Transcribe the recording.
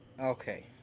Okay